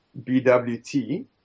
BWT